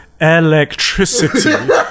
electricity